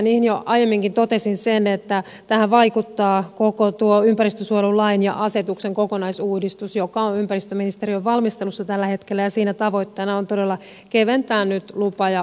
niihin jo aiemminkin totesin sen että tähän vaikuttaa koko tuo ympäristönsuojelulain ja asetuksen kokonaisuudistus joka on ympäristöministeriön valmistelussa tällä hetkellä ja siinä tavoitteena on todella keventää nyt lupa ja valvontajärjestelmää